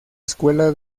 escuela